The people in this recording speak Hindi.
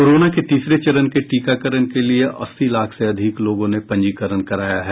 कोरोना के तीसरे चरण के टीकाकरण के लिए अस्सी लाख से अधिक लोगों ने पंजीकरण कराया है